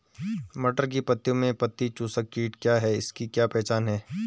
मटर की पत्तियों में पत्ती चूसक कीट क्या है इसकी क्या पहचान है?